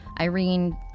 Irene